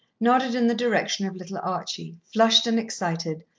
nodded in the direction of little archie, flushed and excited,